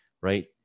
right